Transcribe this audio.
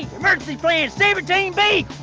emergency plan seventeen b